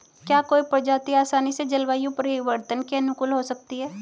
क्या कोई प्रजाति आसानी से जलवायु परिवर्तन के अनुकूल हो सकती है?